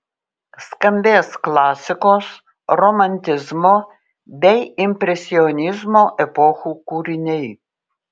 skambės klasikos romantizmo bei impresionizmo epochų kūriniai